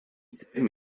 selben